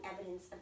evidence